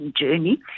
journey